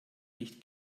nicht